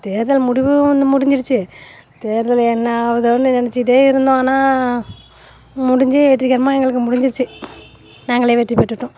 தேர்தல் முடிவு வந்து முடிஞ்சிருச்சு தேர்தல் என்ன ஆகுதோனு நினச்சிட்டே இருந்தோம் ஆனால் முடிஞ்சுவெற்றிகரமாக எங்களுக்கு முடிஞ்சிருச்சு நாங்களே வெற்றி பெற்றுட்டோம்